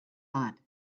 lot